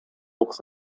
looks